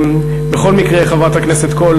בכל מקרה, חברת הכנסת קול,